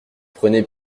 prenez